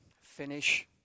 finish